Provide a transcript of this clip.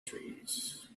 trees